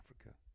Africa